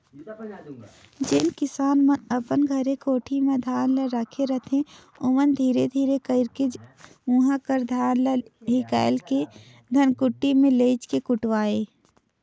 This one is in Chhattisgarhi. जेन किसान मन अपन घरे कोठी में धान ल राखे रहें ओमन धीरे धीरे कइरके उहां कर धान ल हिंकाएल के धनकुट्टी में लेइज के कुटवाएं